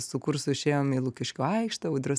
su kursu išėjom į lukiškių aikštę audrius